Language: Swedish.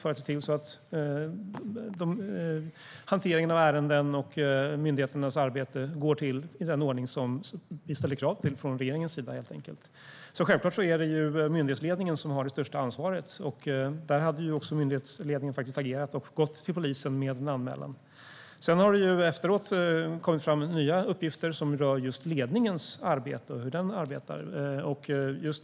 De ska se till hanteringen av ärenden och myndigheternas arbete sker i den ordning som vi ställer krav på från regeringens sida. Självklart är det myndighetsledningen som har det största ansvaret. Där hade ju myndighetsledningen också agerat och gått till polisen med en anmälan. Sedan har det efteråt kommit fram nya uppgifter som rör just ledningens arbete och hur den arbetar.